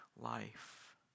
life